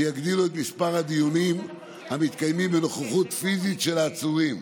שיגדילו את מספר הדיונים המתקיימים בנוכחות פיזית של העצורים,